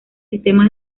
sistemas